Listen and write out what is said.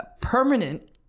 Permanent